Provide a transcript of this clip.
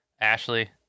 Ashley